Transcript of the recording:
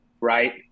right